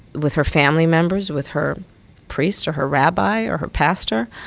with her family members, with her priest or her rabbi or her pastor.